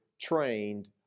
trained